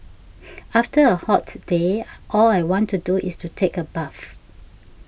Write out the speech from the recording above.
after a hot day all I want to do is to take a bath